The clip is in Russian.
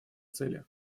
цели